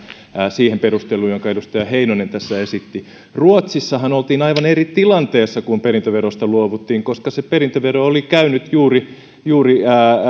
siihen perusteluun jonka edustaja heinonen tässä esitti ruotsissahan oltiin aivan eri tilanteessa kun perintöverosta luovuttiin koska perintövero oli käynyt juuri juuri